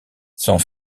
sont